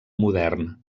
modern